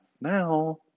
Now